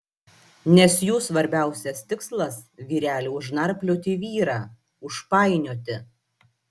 nes jų svarbiausias tikslas vyreli užnarplioti vyrą užpainioti